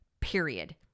period